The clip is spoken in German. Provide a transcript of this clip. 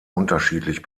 unterschiedlich